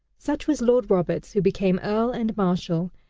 such was lord roberts who became earl and marshal,